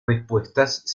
respuestas